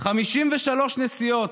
53 נסיעות.